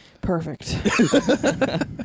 perfect